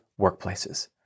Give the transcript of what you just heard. workplaces